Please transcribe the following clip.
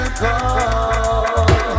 call